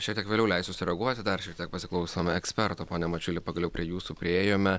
šiek tiek vėliau leisiu sureaguoti dar šiek tiek pasiklausome eksperto pone mačiuli pagaliau prie jūsų priėjome